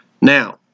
Now